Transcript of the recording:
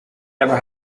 never